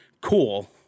cool